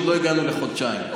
עוד לא הגענו לחודשיים,